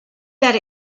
that